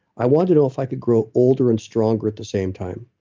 i want to know if i could grow older and stronger at the same time,